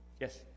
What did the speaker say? Yes